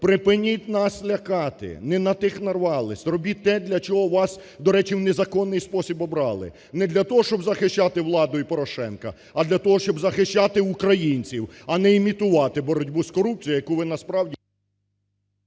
Припиніть нас лякати, не на тих нарвались. Робіть те для чого вас, до речі, в незаконний спосіб, обрали, не для того, щоб захищати владу і Порошенка, а для того, щоб захищати українців, а не імітувати боротьбу з корупцією, яку ви насправді…